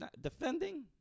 defending